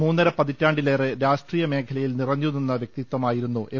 മൂന്നര പതിറ്റാണ്ടിലെറെ രാഷ്ട്രീയ മേഖലയിൽ നിറഞ്ഞുനിന്ന വ്യക്തിത്വമായിരുന്നു എം